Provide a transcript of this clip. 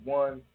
one